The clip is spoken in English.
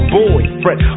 boyfriend